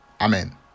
Amen